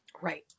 Right